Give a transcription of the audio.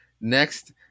next